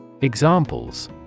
Examples